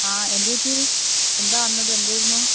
ആ എന്ത് പറ്റി എന്താണ് വന്നത് എന്തായിരുന്നു